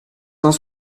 cent